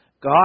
God